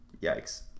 Yikes